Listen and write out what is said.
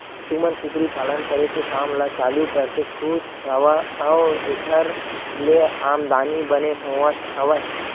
तुमन कुकरी पालन करे के काम ल चालू करके खुस हव ऐखर ले आमदानी बने होवत हवय?